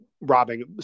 robbing